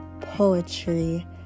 poetry